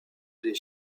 des